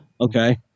Okay